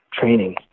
training